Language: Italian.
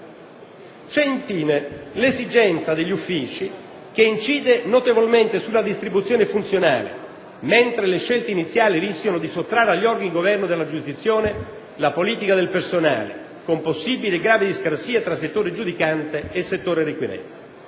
c'è infine l'esigenza degli uffici, che incide notevolmente sulla distribuzione funzionale, mentre le scelte iniziali rischiano di sottrarre agli organi di governo della giurisdizione la politica del personale, con possibili e gravi discrasie tra settore giudicante e settore requirente.